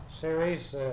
series